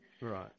Right